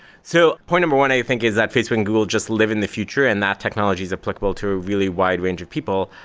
so point number one, i think is that facebook and google just live in the future and that technology is applicable to a really wide range of people.